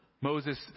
Moses